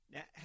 Now